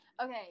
Okay